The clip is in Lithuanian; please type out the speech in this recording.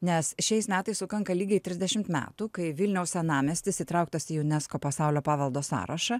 nes šiais metais sukanka lygiai trisdešimt metų kai vilniaus senamiestis įtrauktas į unesco pasaulio paveldo sąrašą